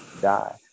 die